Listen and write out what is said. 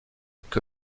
que